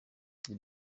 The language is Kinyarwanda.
the